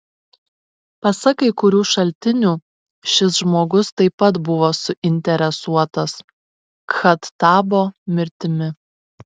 pasak kai kurių šaltinių šis žmogus taip pat buvo suinteresuotas khattabo mirtimi